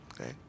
Okay